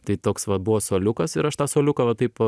tai toks va buvo suoliukas ir aš tą suoliuką va taip